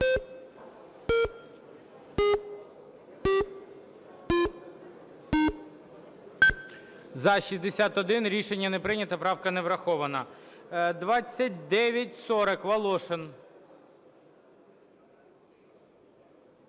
За-61 Рішення не прийнято. Правка не врахована. 2940. Волошин.